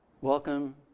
Welcome